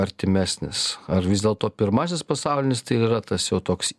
artimesnis ar vis dėlto pirmasis pasaulinis tai yra tas jau toks